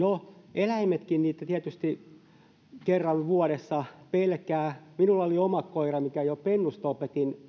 eläimetkin niitä tietysti kerran vuodessa pelkäävät minulla oli oma koira minkä jo pennusta opetin